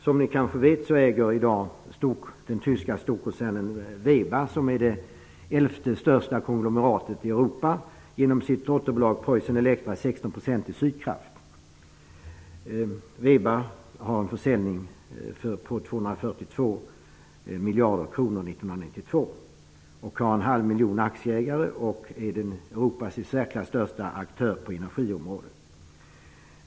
Som ni kanske vet äger den tyska storkoncernen Veba, som är det elfte största konglomeratet i Europa genom sitt dotterbolag Preussen Electra 16 % i Sydkraft. Veba har en försäljning på 242 miljarder kronor 1992 och har en halv miljon aktieägare. Den är Europas i särklass största aktör på energiområdet.